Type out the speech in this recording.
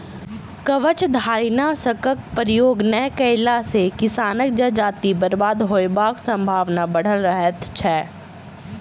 कवचधारीनाशकक प्रयोग नै कएला सॅ किसानक जजाति बर्बाद होयबाक संभावना बढ़ल रहैत छै